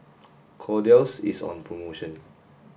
Kordel's is on promotion